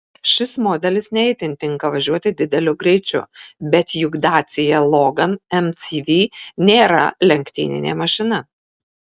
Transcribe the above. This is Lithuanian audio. šis modelis ne itin tinka važiuoti dideliu greičiu bet juk dacia logan mcv nėra lenktyninė mašina